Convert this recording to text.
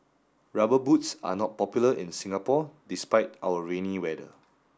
rubber boots are not popular in Singapore despite our rainy weather